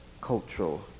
cultural